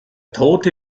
tote